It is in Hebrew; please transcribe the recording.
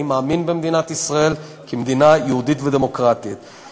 אני מאמין במדינת ישראל כמדינה יהודית ודמוקרטית.